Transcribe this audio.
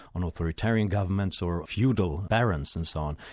on authoritarian governments or feudal barons and so on.